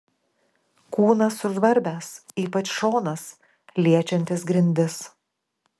kūnas sužvarbęs ypač šonas liečiantis grindis